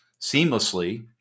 seamlessly